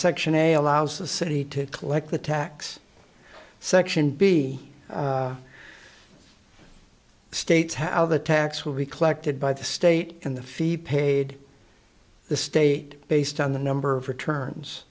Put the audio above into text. section a allows the city to collect the tax section b states how the tax will be collected by the state and the feet paid the state based on the number of returns